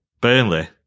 Burnley